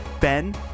Ben